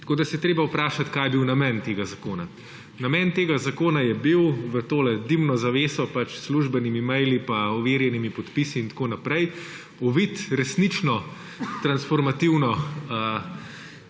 Tako da se je treba vprašati, kaj je bil namen tega zakona. Namen tega zakona je bil v tole dimno zaveso s službenimi maili in overjenimi podpisi in tako naprej oviti resnično transformativno